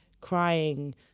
crying